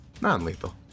Non-lethal